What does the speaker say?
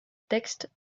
texte